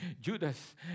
Judas